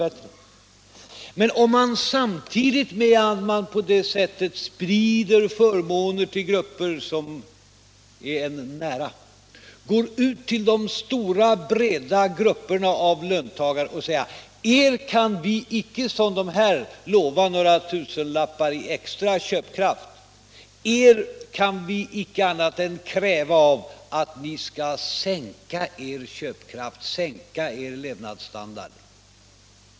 Men man kan inte samtidigt med att man på det sättet sprider förmåner till grupper som står en nära gå ut till de stora, breda grupperna av löntagare och säga: Er kan vi icke lova några tusenlappar till extra köpkraft. Av er kan vi icke annat än kräva att ni sänker er köpkraft och er levnadsstandard.